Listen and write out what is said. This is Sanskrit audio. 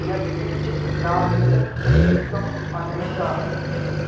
यत्किञ्चित् गास्पेल् सङ्गीतम् अन्विश